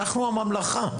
אנחנו הממלכה.